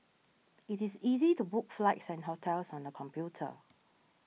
it is easy to book flights and hotels on the computer